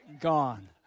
Gone